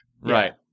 Right